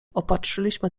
opatrzyliśmy